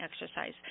exercise